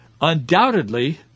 Undoubtedly